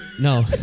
No